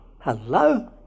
Hello